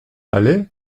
aller